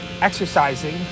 exercising